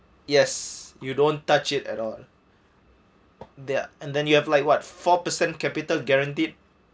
yes you don't touch it at all there and then you have like what four per cent capital guaranteed